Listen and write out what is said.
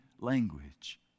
language